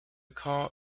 call